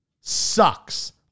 sucks